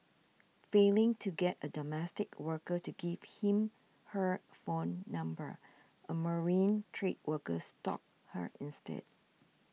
failing to get a domestic worker to give him her phone number a marine trade worker stalked her instead